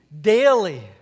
daily